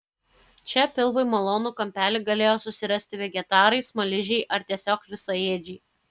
čia pilvui malonų kampelį galėjo susirasti vegetarai smaližiai ar tiesiog visaėdžiai